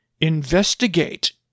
Investigate